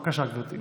בבקשה, גברתי.